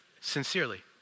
Sincerely